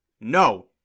No